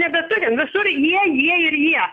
nebeturim visur jie jie ir jie